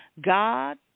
God